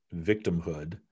victimhood